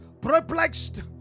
perplexed